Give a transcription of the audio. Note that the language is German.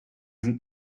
sind